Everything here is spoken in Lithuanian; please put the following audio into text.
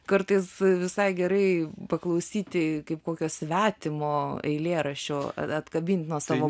kartais visai gerai paklausyti kaip kokio svetimo eilėraščio atkabinti nuo savo